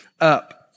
up